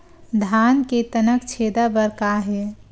धान के तनक छेदा बर का हे?